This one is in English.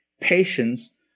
patience